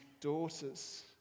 daughters